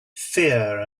fear